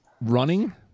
Running